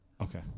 Okay